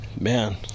Man